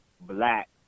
black